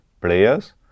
players